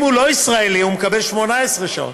אם הוא לא ישראלי, הוא מקבל 18 שעות.